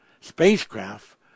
spacecraft